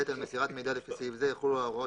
על מסירת מידע לפי סעיף זה יחולו ההוראות